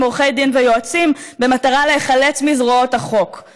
עורכי דין ויועצים" במטרה "להיחלץ מזרועות החוק";